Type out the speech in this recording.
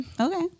Okay